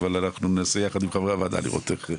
אבל אנחנו ננסה ביחד עם חברי הוועדה לראות מה ואיך.